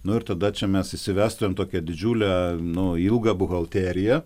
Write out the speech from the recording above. nu ir tada čia mes įsivestumėm tokią didžiulę nu ilgą buhalteriją